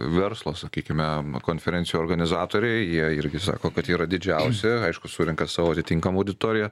verslo sakykime konferencijų organizatoriai jie irgi sako kad yra didžiausia aišku surenka savo atitinkamų auditoriją